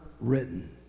written